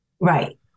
Right